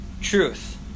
truth